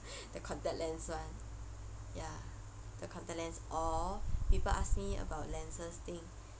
the contact lens one ya the contact lens or people ask me about lenses thing